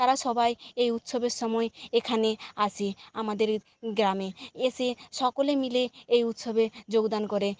তারা সবাই এই উৎসবের সময় এখানে আসি আমাদের গ্রামে এসে সকলে মিলে এই উৎসবে যোগদান করে